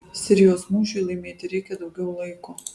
sirijos mūšiui laimėti reikia daugiau laiko